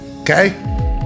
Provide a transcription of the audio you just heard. Okay